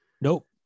Nope